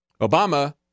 Obama